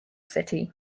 city